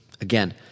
Again